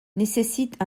nécessite